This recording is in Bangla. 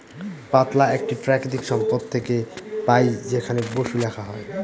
পাতলা একটি প্রাকৃতিক সম্পদ থেকে পাই যেখানে বসু লেখা হয়